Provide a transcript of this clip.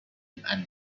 and